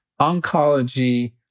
oncology